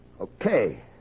Okay